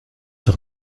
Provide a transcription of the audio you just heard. doch